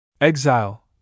Exile